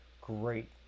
Great